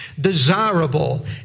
desirable